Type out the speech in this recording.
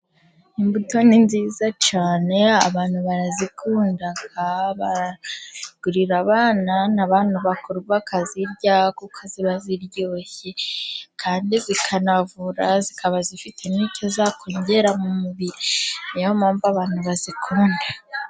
Imbuto ni nziza cyane, abantu barazikunda, bagurira abana, n'abantu bakuru bakazirya kuko ziba ziryoshye, kandi zikanavura, zikaba zifite n'icyo zakongera mu mubiri, niyo mpamvu abantu bazikunda.